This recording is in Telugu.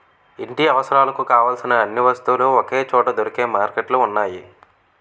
ఇంటి అవసరాలకు కావలసిన అన్ని వస్తువులు ఒకే చోట దొరికే మార్కెట్లు ఉన్నాయి